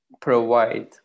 provide